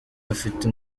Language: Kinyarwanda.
afite